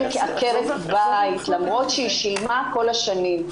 כעקרת בית למרות שהיא שילמה כל השנים.